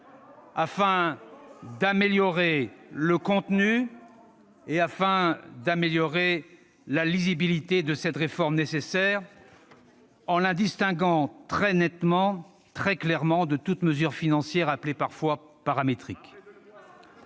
afin d'améliorer le contenu et la lisibilité de cette réforme nécessaire, en la distinguant très clairement de toute mesure financière, appelée parfois paramétrique.